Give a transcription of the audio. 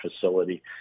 facility